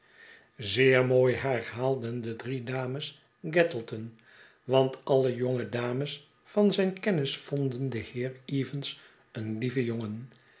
zeer mooi herhaalden de drie dames gattleton want alle jongedames van zijn kennis vonden den heer evans een lieven jongen